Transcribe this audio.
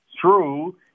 true